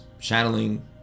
channeling